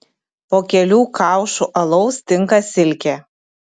po kelių kaušų alaus tinka silkė